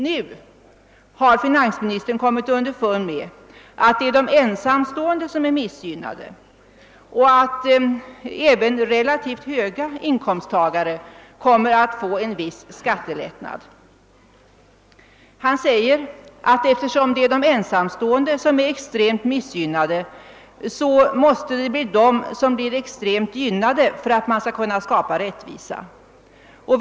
Nu har finansministern kommit underfund med att det är de ensamstående som är missgynnade och att även ensamstående inkomsttagare med relativt höga inkomster bör få en viss skattelättnad. Han säger att eftersom det är de ensamstående som är extremt missgynnade måste det bli de som skall bli extremt gynnade för att rättvisa skall kunna skapas.